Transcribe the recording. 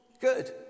good